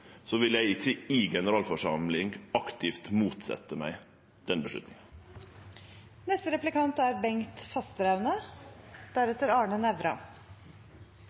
vil eg ikkje i generalforsamling aktivt motsetje meg den